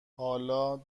حالا